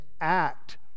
act